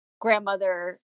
grandmother